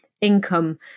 income